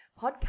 podcast